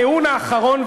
הטיעון האחרון,